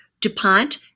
DuPont